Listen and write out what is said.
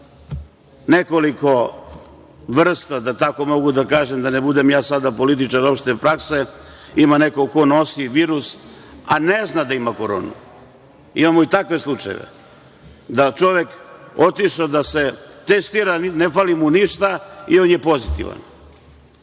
ima nekoliko vrsta, ako tako mogu da kažem, da ne budem ja sada političar opšte prakse. Ima neko ko nosi virus, a ne zna da ima koronu. Imamo i takve slučajeve, da je čovek otišao da se testira, ne fali mu ništa, a on je pozitivan.